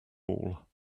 all